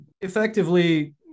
Effectively